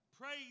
Praise